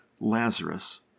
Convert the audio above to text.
Lazarus